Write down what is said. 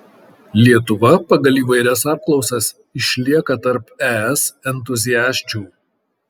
lietuva pagal įvairias apklausas išlieka tarp es entuziasčių